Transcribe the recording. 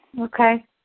okay